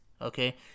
Okay